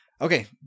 Okay